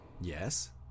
Yes